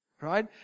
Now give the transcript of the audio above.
Right